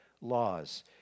laws